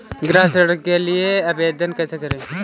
गृह ऋण के लिए आवेदन कैसे करें?